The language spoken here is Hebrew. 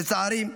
לצערי,